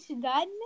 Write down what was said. done